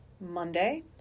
Monday